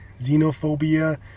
Xenophobia